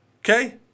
Okay